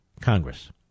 Congress